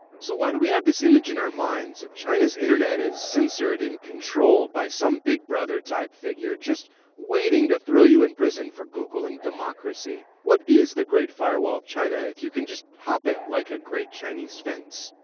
so why do we all have this image in our minds of china's internet as censored and controlled by some big brother type figure just waiting to throw you in prison for googling democracy? what is the great firewall of china if you can just hop it like a great chinese fence?